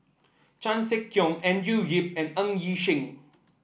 Chan Sek Keong Andrew Yip and Ng Yi Sheng